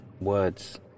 words